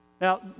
Now